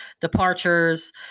departures